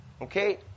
okay